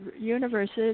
universes